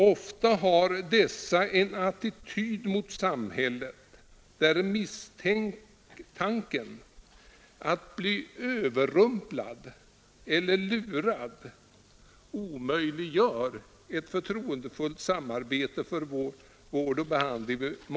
Ofta har dessa en attityd mot samhället där misstanken att bli överrumplad eller lurad omöjliggör ett förtroendefullt samarbete för vård och behandling.